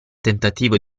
tentativo